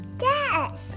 Yes